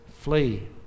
flee